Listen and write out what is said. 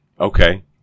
okay